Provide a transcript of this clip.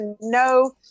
no